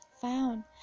found